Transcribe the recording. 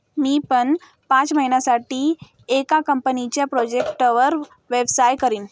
मी पण पाच महिन्यासाठी एका कंपनीच्या प्रोजेक्टवर व्यवसाय करीन